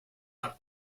have